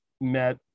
met